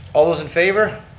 all those in favor?